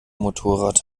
motorrad